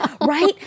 Right